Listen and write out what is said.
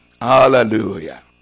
Hallelujah